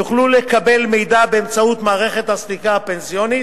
יוכלו לקבל מידע באמצעות מערכת הסליקה הפנסיונית,